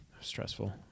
Stressful